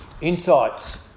insights